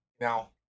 now